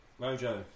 Mojo